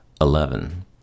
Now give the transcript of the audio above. eleven